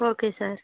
okay sir